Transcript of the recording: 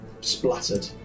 splattered